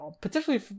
potentially